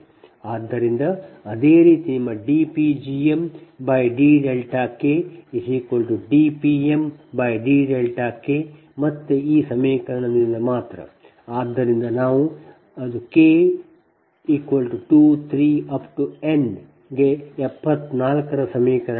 ಆದ್ದರಿಂದ ಅದೇ ರೀತಿ ನಿಮ್ಮ dP gm dδ K dP m dδ K ಮತ್ತೆ ಈ ಸಮೀಕರಣದಿಂದ ಮಾತ್ರ ಆದ್ದರಿಂದ ನಾವು ಅದು k 23 n ಗೆ 74 ರ ಸಮೀಕರಣವಾಗಿದೆ